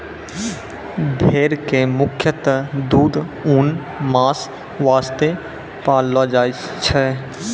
भेड़ कॅ मुख्यतः दूध, ऊन, मांस वास्तॅ पाललो जाय छै